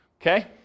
Okay